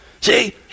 See